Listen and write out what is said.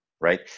right